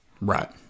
Right